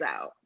out